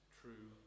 true